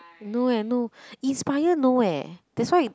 no eh no inspire no eh that's why